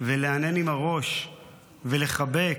ולהנהן עם הראש ולחבק.